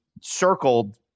circled